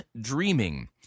dreaming